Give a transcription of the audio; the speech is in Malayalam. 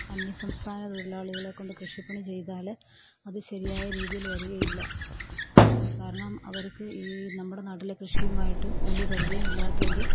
അന്യസംസ്ഥാന തൊഴിലാളികളെ കൊണ്ട് കൃഷിപ്പണി ചെയ്താൽ അത് ശരിയായ രീതിയിൽ വരികയില്ല കാരണം അവഋക്ക് ഈ നമ്മുടെ നാട്ടിലെ കൃഷിയുമായിട്ട് വലിയ പരിചയമില്ലാത്ത ഒരു